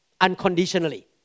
Unconditionally